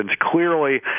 Clearly